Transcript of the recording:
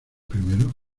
primero